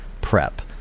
prep